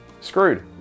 Screwed